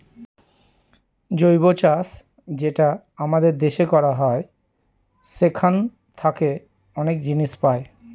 জৈব চাষ যেটা আমাদের দেশে করা হয় সেখান থাকে অনেক জিনিস পাই